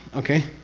okay?